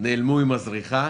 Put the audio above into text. נעלמו עם הזריחה